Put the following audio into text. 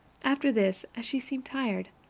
after this, as she seemed tired,